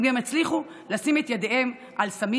הם גם יצליחו לשים את ידיהם על סמים,